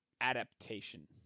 adaptation